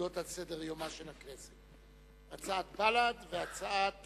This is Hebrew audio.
העומדות על סדר-יומה של הכנסת, הצעת בל"ד והצעת